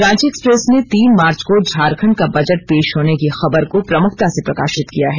Ranchi Express ने तीन मार्च को झारखंड का बजट पेश होने की खबर को प्रमुखता से प्रकाशित किया है